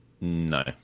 No